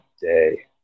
day